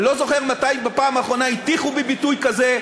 אני לא זוכר מתי בפעם האחרונה הטיחו בי ביטוי כזה,